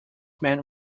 men